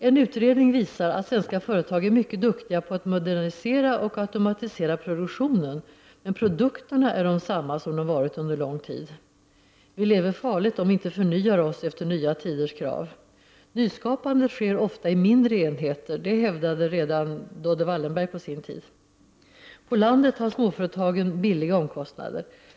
En utredning visar att svenska företag är mycket duktiga på att modernisera och automatisera produktionen, men produkterna är desamma som de varit under lång tid. Vi lever farligt om vi inte förnyar oss efter nya tiders krav. Nyskapandet sker ofta i mindre enheter. Det hävdade redan Dodde Wallenberg på sin tid. På landet har småföretagen billiga omkostnader.